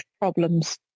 problems